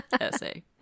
essay